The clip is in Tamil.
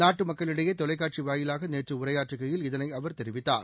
நாட்டு மக்களிடையே தொலைக்காட்சி வாயிலாக நேற்று உரையாற்றுகையில் இதனை அவர் தெரிவித்தார்